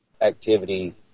activity